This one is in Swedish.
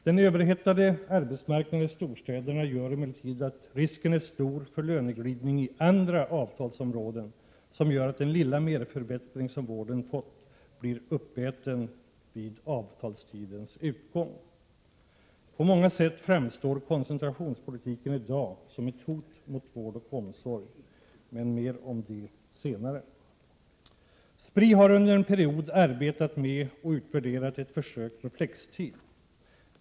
Den överhettade arbetsmarknaden i storstäderna gör emellertid att risken är stor för löneglidning i andra avtalsområden, som gör att den lilla merförbättring som vården fått har ätits upp efter avtalstidens utgång. På många sätt framstår koncentrationspolitiken i dag som ett hot mot vård och omsorg. Men mer om det senare. Spri har under en period arbetat med och utvärderat ett försök med flextid.